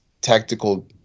tactical